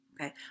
okay